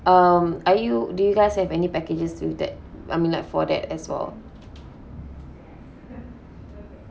um are you do you guys have any packages to that I mean like for that as well